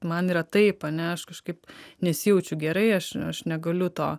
man yra taip ane aš kažkaip nesijaučiu gerai aš aš negaliu to